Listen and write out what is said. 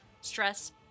stress